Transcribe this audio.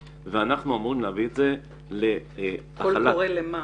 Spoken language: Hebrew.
ואנחנו אמורים להביא את זה --- קול קורא למה?